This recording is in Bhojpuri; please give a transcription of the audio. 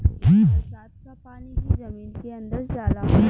बरसात क पानी ही जमीन के अंदर जाला